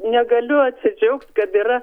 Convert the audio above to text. negaliu atsidžiaugt kad yra